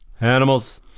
Animals